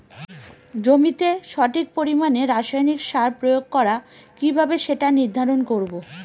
জমিতে সঠিক পরিমাণে রাসায়নিক সার প্রয়োগ করা কিভাবে সেটা নির্ধারণ করব?